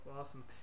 awesome